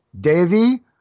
Devi